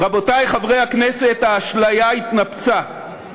רבותי חברי הכנסת, האשליה התנפצה.